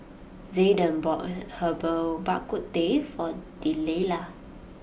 Zayden bought Herbal Bak Ku Teh for Delilah